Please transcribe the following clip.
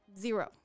zero